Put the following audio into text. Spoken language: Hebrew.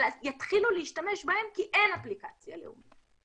אבל יתחילו להשתמש בהן כי אין אפליקציה לאומית,